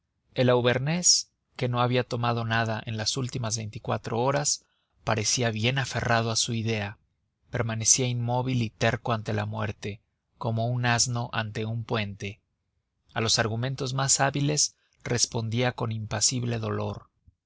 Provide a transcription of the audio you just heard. el auvernés que no había tomado nada en las últimas veinticuatro horas parecía bien aferrado a su idea permanecía inmóvil y terco ante la muerte como un asno ante un puente a los argumentos más hábiles respondía con impasible dolor